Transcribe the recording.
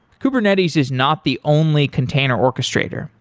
kubernetes is not the only container orchestrator.